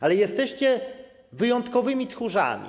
Ale jesteście wyjątkowymi tchórzami.